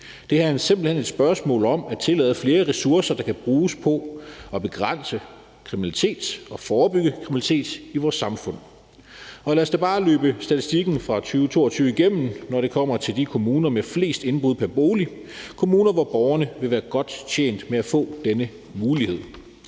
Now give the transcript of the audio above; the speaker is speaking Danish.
det her er simpelt hen et spørgsmål om at tillade flere ressourcer, der kan bruges på at begrænse kriminalitet og forebygge kriminalitet i vores samfund. Og lad os da bare løbe statistikken fra 2022 igennem, når det kommer til de kommuner med flest indbrud pr. bolig – kommuner, hvor borgerne vil være godt tjent med at få denne mulighed.